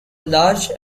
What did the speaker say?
large